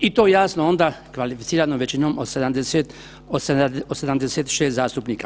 I to jasno onda, kvalificiranom većinom od 76 zastupnika.